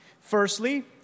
Firstly